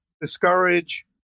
discourage